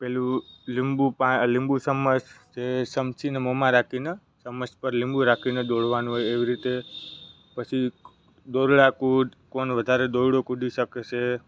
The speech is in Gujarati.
પેલું લીંબુ પા લીંબુ ચમ્મચ તે ચમચીને મોંમાં રાખીને ચમચ પર લીંબુ રાખીને દોડવાનું હોય એવી રીતે પછી દોરડા કુદ કોણ વધારે દોરડું કુદી શકશે